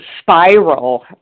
spiral